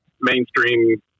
mainstream